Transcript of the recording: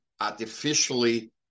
artificially